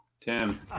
Tim